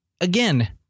again